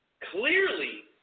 clearly